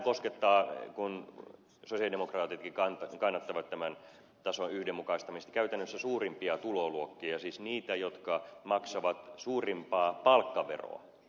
tämähän koskettaa kun sosialidemokraatitkin kannattavat tämän tason yhdenmukaistamista käytännössä suurimpia tuloluokkia siis niitä jotka maksavat suurinta palkkaveroa